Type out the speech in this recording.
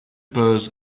purse